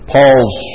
Paul's